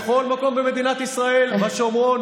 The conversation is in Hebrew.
בכל מקום במדינת ישראל: בשומרון,